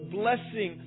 blessing